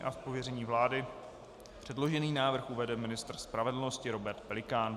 Z pověření vlády předložený návrh uvede ministr spravedlnosti Robert Pelikán.